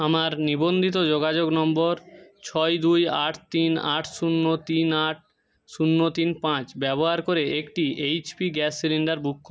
আমার নিবন্ধিত যোগাযোগ নম্বর ছয় দুই আট তিন আট শূন্য তিন আট শূন্য তিন পাঁচ ব্যবহার করে একটি এইচপি গ্যাস সিলিণ্ডার বুক করুন